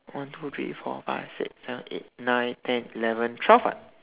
one two three four five six seven eight nine ten eleven twelve [what]